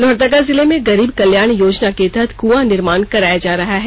लोहरदगा जिले में गरीब कल्याण योजना के तहत क्आं निर्माण कराया जा रहा है